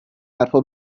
حرفا